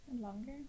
longer